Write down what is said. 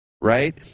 right